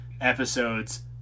episodes